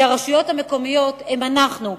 כי הרשויות המקומיות הן אנחנו,